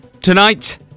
tonight